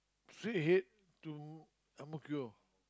straight head to Ang-Mo-Kio